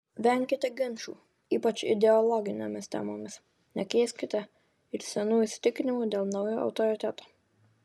venkite ginčų ypač ideologinėmis temomis nekeiskite ir senų įsitikinimų dėl naujo autoriteto